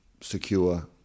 secure